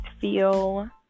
feel